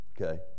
okay